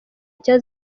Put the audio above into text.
nshya